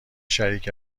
شریک